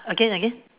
again again